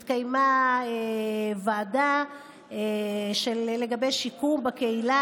התקיימה ישיבת ועדה לגבי שיקום בקהילה